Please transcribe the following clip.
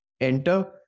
enter